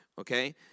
okay